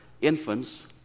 infants